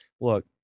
look